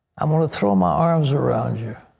i'm going to throw my arms around you.